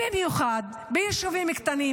במיוחד ביישובים קטנים,